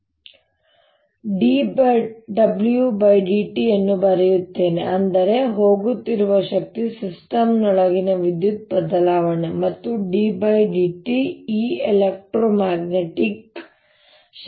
ನಾನುdWdt ಅನ್ನು ಬರೆಯುತ್ತೇನೆ ಅಂದರೆ ಹೋಗುತ್ತಿರುವ ಶಕ್ತಿ ಸಿಸ್ಟಮ್ನೊಳಗಿನ ವಿದ್ಯುತ್ ಬದಲಾವಣೆ ಮತ್ತು ddtEelectro magnetic ಎಲೆಕ್ಟ್ರೋ ಮ್ಯಾಗ್ನೆಟಿಕ್ ಶಕ್ತಿ